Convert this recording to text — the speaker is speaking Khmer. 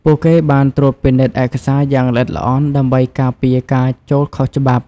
ពួកគេបានត្រួតពិនិត្យឯកសារយ៉ាងល្អិតល្អន់ដើម្បីការពារការចូលខុសច្បាប់។